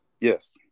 Yes